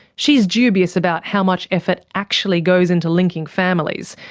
she's dubious about how much effort actually goes into linking families,